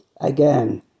Again